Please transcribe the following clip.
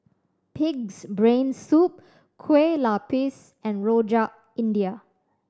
Pig's Brain Soup Kueh Lupis and Rojak India